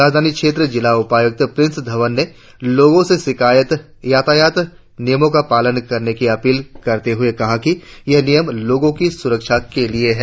राजधानी क्षेत्र जिला उपायुक्त प्रिंस धवन ने लोगों से यातायात नियमों का पालन करने की अपील करते हुए कहा यह नियम लोगों की सुरक्षा के लिए है